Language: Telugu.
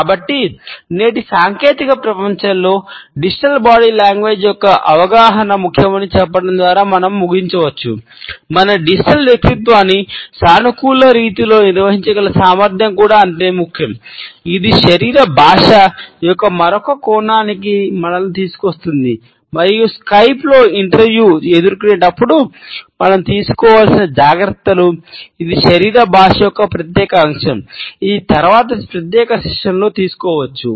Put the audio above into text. కాబట్టి నేటి సాంకేతిక ప్రపంచంలో డిజిటల్ తీసుకోవచ్చు